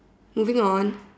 moving on